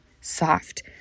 soft